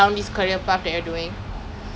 mm eh same leh like